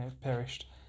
perished